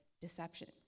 deception